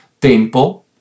tempo